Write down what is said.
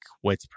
white